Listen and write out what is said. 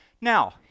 Now